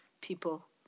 People